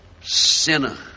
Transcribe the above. sinner